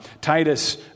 titus